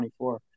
24